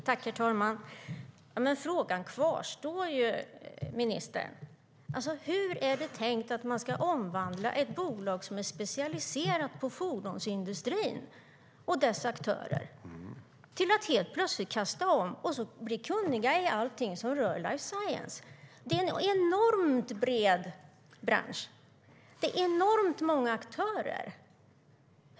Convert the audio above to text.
Herr talman! Frågan kvarstår, ministern. Hur är det tänkt att man ska omvandla ett bolag som är specialiserat på fordonsindustrin och dess aktörer till att plötsligt kasta om och bli kunniga i allt som rör life science? Det är en enormt bred bransch med enormt många aktörer.